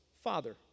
father